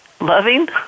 loving